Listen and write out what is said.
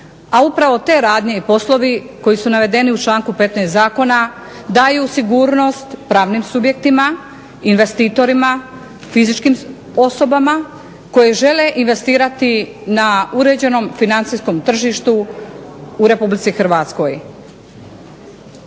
A upravo te radnje i poslovi koji su navedeni u članku 15. Zakona daju sigurnost pravnim subjektima, investitorima, fizičkim osobama koje žele investirati na uređenom financijskom tržištu u Republici Hrvatskoj.